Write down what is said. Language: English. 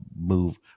move